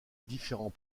différents